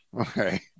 Okay